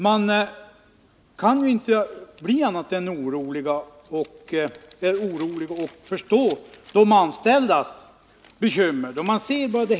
Man förstår de anställdas bekymmer, och man kan inte bli annat än orolig när man ser alla de olika uppgifter som cirkulerar.